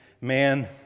man